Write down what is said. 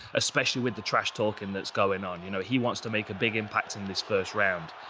especially with the trash talking that's going on. you know, he wants to make a big impact in this first round.